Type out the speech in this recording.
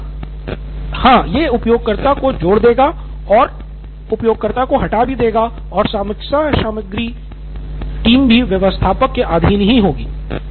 सिद्धार्थ मटूरी हाँ यह उपयोगकर्ता को जोड़ देगा और उपयोगकर्ता को हटा भी देगा और सामग्री समीक्षा टीम भी व्यवस्थापक के अधीन ही होगी